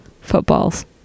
footballs